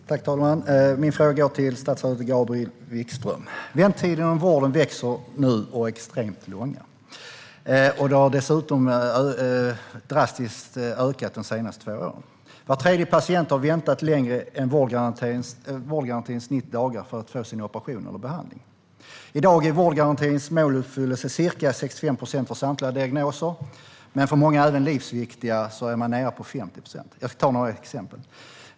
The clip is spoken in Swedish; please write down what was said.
Herr talman! Min fråga går till statsrådet Gabriel Wikström. Väntetiderna inom vården växer nu och är extremt långa. De har drastiskt ökat de senaste två åren. Var tredje patient har väntat längre än vårdgarantins 90 dagar för att få sin operation eller behandling. I dag är vårdgarantins måluppfyllelse ca 65 procent av samtliga diagnoser, men för många - även livsviktiga - är man nere på 50 procent. Jag ska ta några exempel.